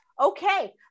Okay